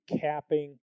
capping